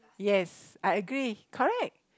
yes I agree correct